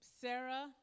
Sarah